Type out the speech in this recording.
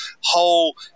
whole